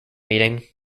meeting